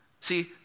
See